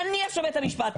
נניח שבית המשפט,